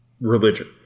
Religion